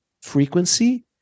frequency